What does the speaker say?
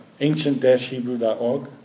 ancient-hebrew.org